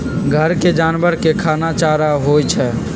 घर के जानवर के खाना चारा होई छई